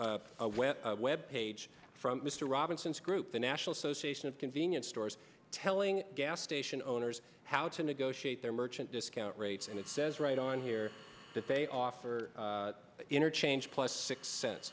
web web page from mr robinson's group the national so sation of convenience stores telling gas station owners how to negotiate their merchant discount rates and it says right on here that they offer interchange plus six cents